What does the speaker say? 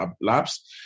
labs